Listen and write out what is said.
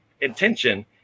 intention